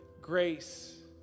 grace